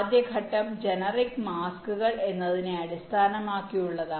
ആദ്യ ഘട്ടം ജനറിക് മാസ്കുകൾ എന്നതിനെ അടിസ്ഥാനമാക്കിയുള്ളതാണ്